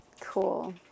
Cool